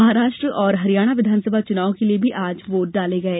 महाराष्ट्र और हरियाणा विधानसभा चुनाव के लिये भी आज वोट डाले गये